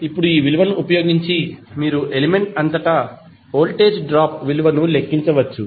ఇప్పుడు ఈ విలువను ఉపయోగించి మీరు ఎలిమెంట్ అంతటా వోల్టేజ్ డ్రాప్ విలువను లెక్కించవచ్చు